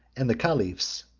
and the caliphs,